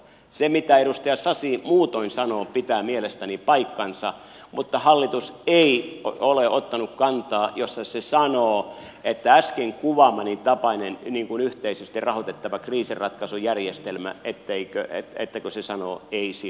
se mitä edustaja sasi muutoin sanoo pitää mielestäni paikkansa mutta hallitus ei ole ottanut kantaa jossa se sanoo äsken kuvaamani tapaiselle yhteisesti rahoitettavalle kriisiratkaisujärjestelmälle ei